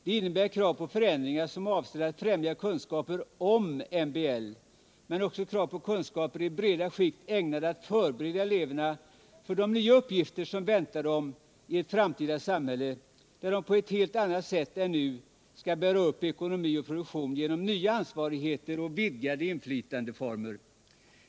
Det innebär krav på förändringar, som avser att främja kunskaper om MBL, men också krav på kunskaper i breda skikt ägnade att förbereda eleverna för de nya uppgifter som väntar dem i ett framtida samhälle, där de på ett helt annat sätt än nu skall bära upp ekonomin och produktionen genom nya ansvarsförhållanden och vidgade inflytandeformer.